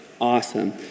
Awesome